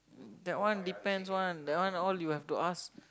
that one depends one that one all you have to ask